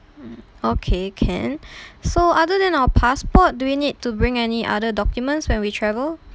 mm okay can so other than our passport do we need to bring any other documents when we travel